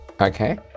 okay